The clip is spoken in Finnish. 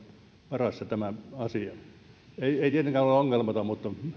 varassa ei se tietenkään ole ongelmaton mutta